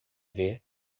ver